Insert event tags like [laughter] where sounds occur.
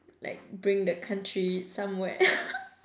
like bring the country somewhere [laughs]